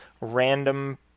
random